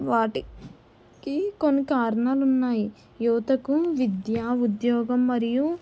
వాటికి కొన్ని కారణాలు ఉన్నాయి యువతకు విద్యా ఉద్యోగం మరియు